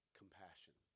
compassion